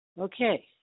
Okay